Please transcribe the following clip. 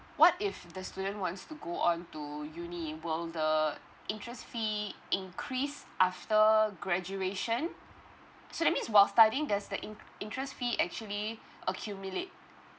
what if the student wants to go on to uni will the interest fee increase after graduation so that means while studying there's the in~ interest fee actually accumulate